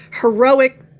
heroic